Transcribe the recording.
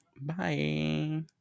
bye